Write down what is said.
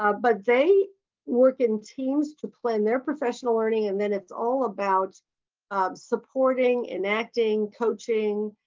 ah but they worked in teams to plan their professional learning and then it's all about supporting, enacting, coaching,